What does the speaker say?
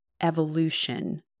evolution